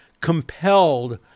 compelled